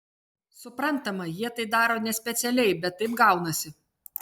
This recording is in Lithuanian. suprantama jie tai daro nespecialiai bet taip gaunasi